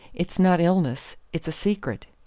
it's not illness it's a secret.